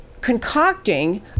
concocting